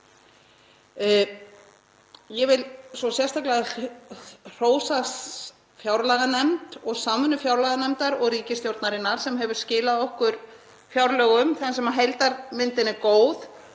Ég vil sérstaklega hrósa fjárlaganefnd og samvinnu fjárlaganefndar og ríkisstjórnarinnar sem hefur skilað okkur fjárlögum þar sem heildarmyndin er góð,